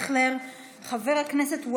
יעזור וישלח רפואה שלמה לכל החולים,